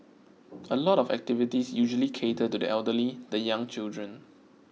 a lot of activities usually cater to the elderly the young children